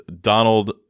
Donald